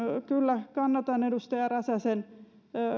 kyllä kannatan edustaja räsäsen